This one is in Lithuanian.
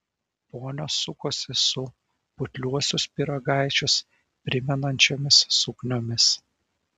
ponios sukosi su putliuosius pyragaičius primenančiomis sukniomis